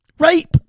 Rape